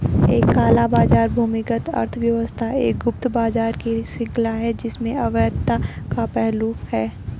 एक काला बाजार भूमिगत अर्थव्यवस्था एक गुप्त बाजार की श्रृंखला है जिसमें अवैधता का पहलू है